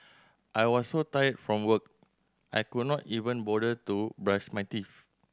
I was so tired from work I could not even bother to brush my teeth